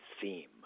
theme